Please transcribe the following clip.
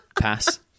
Pass